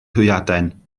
hwyaden